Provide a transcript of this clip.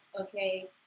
okay